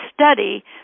study